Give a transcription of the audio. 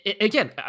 Again